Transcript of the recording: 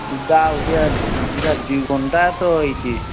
ୟିଟା ଗୋଟିଏ ୟିଟା ଦୁଇ ଘଣ୍ଟା ତ ହୋଇଛି